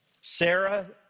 Sarah